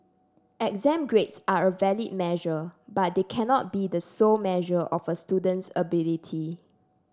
exam grades are a valid measure but they cannot be the sole measure of a student's ability